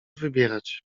wybierać